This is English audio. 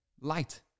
light